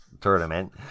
tournament